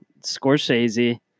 Scorsese